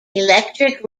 electric